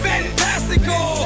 Fantastical